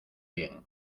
bien